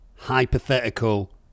Hypothetical